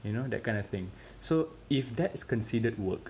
you know that kind of thing so if that's considered work